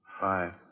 Five